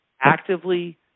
actively